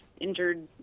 injured